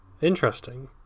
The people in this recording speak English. Interesting